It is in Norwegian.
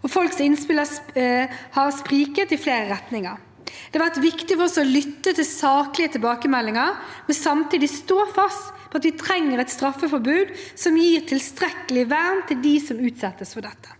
og folks innspill har sprikt i flere retninger. Det har vært viktig for oss å lytte til saklige tilbakemeldinger, men samtidig stå fast på at vi trenger et straffebud som gir tilstrekkelig vern til dem som utsettes for dette.